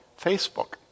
Facebook